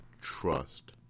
trust